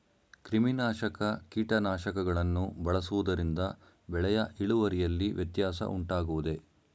ಕ್ರಿಮಿನಾಶಕ ಕೀಟನಾಶಕಗಳನ್ನು ಬಳಸುವುದರಿಂದ ಬೆಳೆಯ ಇಳುವರಿಯಲ್ಲಿ ವ್ಯತ್ಯಾಸ ಉಂಟಾಗುವುದೇ?